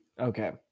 Okay